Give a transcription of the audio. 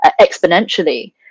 exponentially